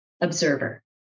observer